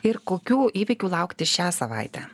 ir kokių įvykių laukti šią savaitę